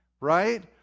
Right